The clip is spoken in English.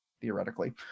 theoretically